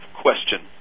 question